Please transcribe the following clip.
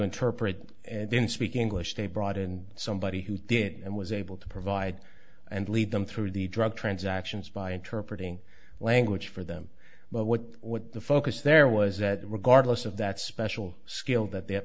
interpret and then speak english they brought in somebody who did and was able to provide and lead them through the drug transactions by interpretating language for them but what what the focus there was that regardless of that special skill that the